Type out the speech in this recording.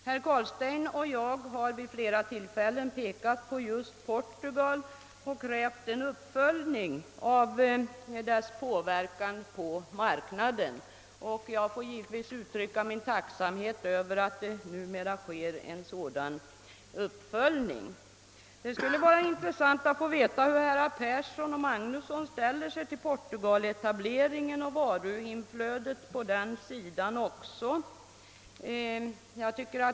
Herr Carlstein och jag har vid flera tillfällen pekat på just Portugal och krävt en uppföljning av inverkan på marknaden av etableringarna där, och jag uttrycker min tacksamhet över att det numera sker en sådan uppföljning. Det skulle vara intressant att få veta hur herrar Persson i Heden och Magnusson i Borås ställer sig till portugaletablering och varuflödet på den sidan.